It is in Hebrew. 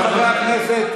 חברי הכנסת,